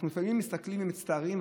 אנחנו לפעמים מסתכלים ומצטערים,